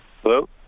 Hello